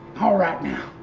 alright now,